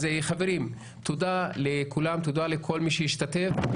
חברים, תודה לכלום, תודה לכל מי שהשתתף.